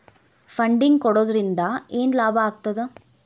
Funding ಕೊಡೊದ್ರಿಂದಾ ಏನ್ ಲಾಭಾಗ್ತದ?